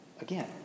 again